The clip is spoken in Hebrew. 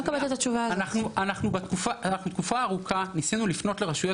אנחנו במשך תקופה ארוכה ניסינו לפנות לרשויות